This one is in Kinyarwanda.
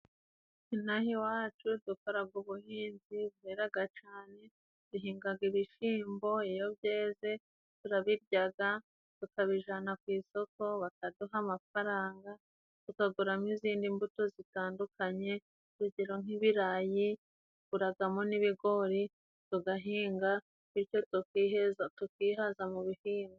Ino aha iwacu dukoraga ubuhinzi bureraga cane, duhingaga ibishimbo iyo byeze turabiryaga, tukabijana ku isoko bakaduha amafaranga tukaguramo izindi mbuto zitandukanye urugero nk'ibirayi, tuguragamo n'ibigori tugahinga bityo tukiheza tukihaza mu bihingwa.